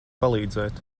palīdzēt